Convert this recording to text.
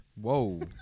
Whoa